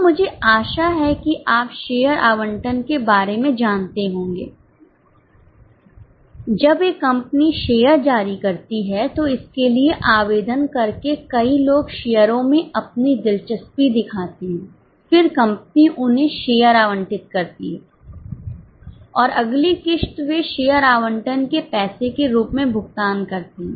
तो मुझे आशा है कि आप शेयर शेयर जारी करती है तो इसके लिए आवेदन करके कई लोग शेयरों में अपनी दिलचस्पी दिखाते हैं फिर कंपनी उन्हें शेयर आवंटित करती है और अगली किश्त वे शेयर आवंटन के पैसे के रूप में भुगतान करते हैं